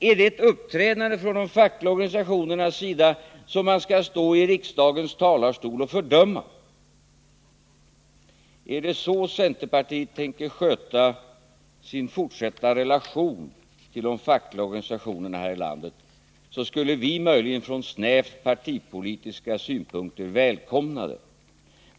Är det ett uppträdande från de fackliga organisationernas sida som man skall stå i riksdagens talarstol och fördöma? Om det är så centerpartiet tänker sköta sin fortsatta relation till de fackliga organisationerna här i landet skulle vi möjligen från snävt partipolitiska synpunkter kunna välkomna det.